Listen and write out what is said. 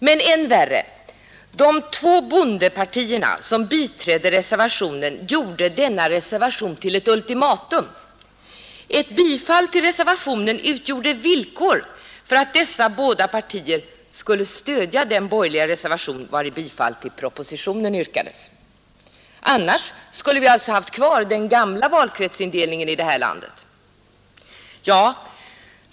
Men än värre; de två bondepartierna som biträdde reservationen gjorde denna reservation till ett ultimatum: ett bifall till reservationen utgjorde villkor för att dessa båda partier skulle stödja den borgerliga reservation, vari bifall till propositionen yrkades. Annars skulle vi alltså ha haft kvar den gamla valkretsindelningen i det här landet.